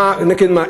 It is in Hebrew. מה נגד מה?